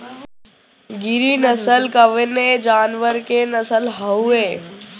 गिरी नश्ल कवने जानवर के नस्ल हयुवे?